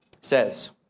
says